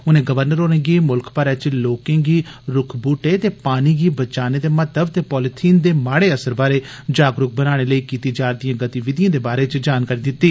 उनें गवर्नर होरेंगी मुल्ख भरै च लोकें गी रूक्ख ब्रहटें ते पानी गी बचाने दे महत्व ते पालिथीन दे माड़े असर बारै जागरूक बनाने लेई कीती जा'रदी गतिविधिएं दे बारै च जानकारी दित्ती